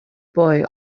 boy